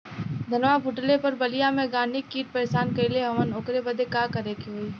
धनवा फूटले पर बलिया में गान्ही कीट परेशान कइले हवन ओकरे बदे का करे होई?